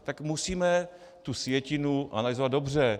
Tak musíme tu sjetinu analyzovat dobře.